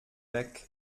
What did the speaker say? weg